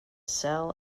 sell